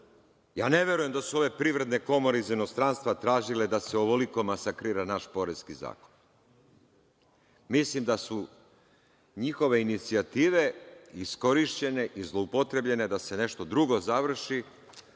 ja ne verujem da su ove privredne komore iz inostranstva tražile da se ovoliko masakrira naš poreski zakon. Mislim da su njihove inicijative iskorišćene i zloupotrebljene da se nešto drugo završi,